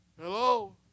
Hello